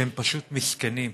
שהם פשוט מסכנים.